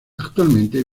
actualmente